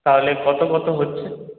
তাহলে কত কত হচ্ছে